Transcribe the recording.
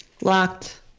Locked